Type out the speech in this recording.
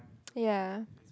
ya